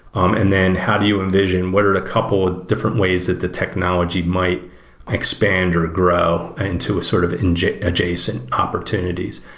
um and then how do you envision? what are the couple of different ways that the technology might expand or grow and to a sort of an adjacent opportunities?